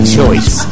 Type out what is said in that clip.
choice